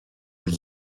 gli